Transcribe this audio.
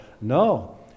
No